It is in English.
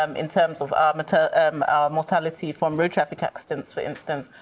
um in terms of our but um mortality from road traffic accidents, for instance,